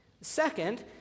Second